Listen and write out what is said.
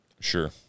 Sure